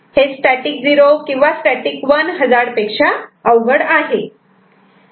हे स्टॅटिक 0 किंवा static 1 hazard पेक्षा अवघड आहे